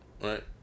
right